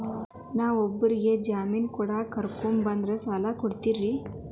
ನಾ ಇಬ್ಬರಿಗೆ ಜಾಮಿನ್ ಕರ್ಕೊಂಡ್ ಬಂದ್ರ ಸಾಲ ಕೊಡ್ತೇರಿ?